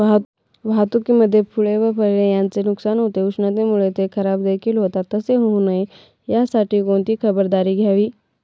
वाहतुकीमध्ये फूले व फळे यांचे नुकसान होते, उष्णतेमुळे ते खराबदेखील होतात तसे होऊ नये यासाठी कोणती खबरदारी घ्यावी?